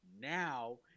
now